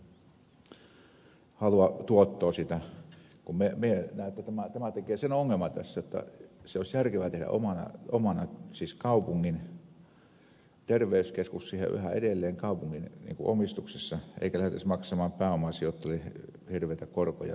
minä näen että tämä tekee sen ongelman tässä että se olisi järkevää tehdä omana siis kaupungin terveyskeskus siihen yhä edelleen kaupungin omistuksessa eikä lähdettäisi maksamaan pääomasijoittajille hirveitä korkoja siitä ylimääräisestä